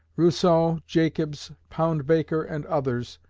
rousseau, jacobs, poundbaker, and others,